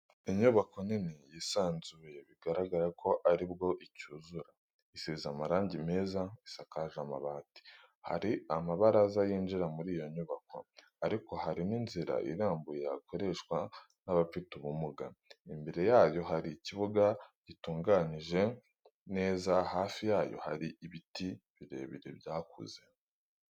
Inyubako nini yisanzuye bigaragara ko ari bwo icyuzura, isize amarangi meza isakaje amabati, hari amabaraza yinjira muri iyo nyubako ariko hari n'inzira irambuye yakoreshwa n'abafite ubumuga, imbere yayo hari ikibuga gitunganyije neza hafi yayo hari ibiti birebire byakuze.